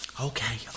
Okay